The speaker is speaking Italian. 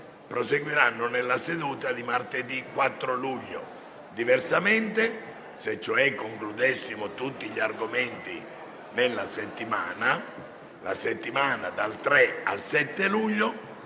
proseguiranno nella seduta di martedì 4 luglio; diversamente, se cioè concludessimo tutti gli argomenti previsti, la settimana dal 3 al 7 luglio